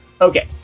Okay